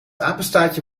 apenstaartje